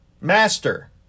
master